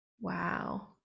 Wow